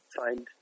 find